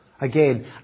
Again